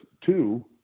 two